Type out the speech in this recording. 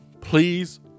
Please